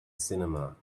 cinema